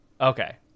Okay